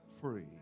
free